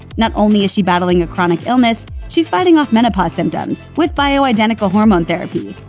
not only is she battling a chronic illness, she's fighting off menopause symptoms with bioidentical hormone therapy.